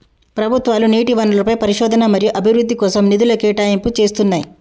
ప్రభుత్వాలు నీటి వనరులపై పరిశోధన మరియు అభివృద్ధి కోసం నిధుల కేటాయింపులు చేస్తున్నయ్యి